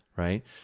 Right